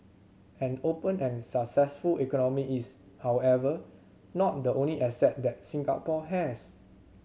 an open and successful economy is however not the only asset that Singapore has